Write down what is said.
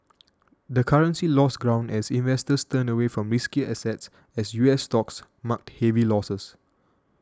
the currency lost ground as investors turned away from riskier assets as US stocks marked heavy losses